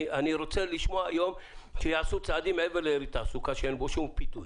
אני רוצה לשמוע היום שיעשו צעדים מעבר לתעסוקה כי אין פה שום פיתוח.